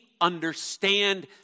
understand